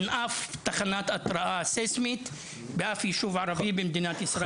אין שום תחנת התרעה סיסמית בשום יישוב ערבי במדינת ישראל.